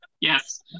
Yes